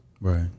Right